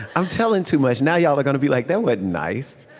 i'm telling too much. now y'all are gonna be like, that wasn't nice.